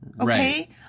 okay